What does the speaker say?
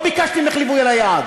לא ביקשתי ממך ליווי אל היעד.